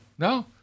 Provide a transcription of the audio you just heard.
No